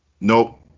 Nope